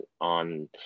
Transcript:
on